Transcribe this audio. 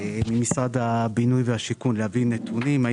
משרד הבינוי והשיכון להביא נתונים לגבי